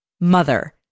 Mother